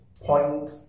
Point